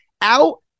out